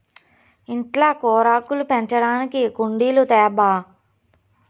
ఇంట్ల కూరాకులు పెంచడానికి కుండీలు తేబ్బా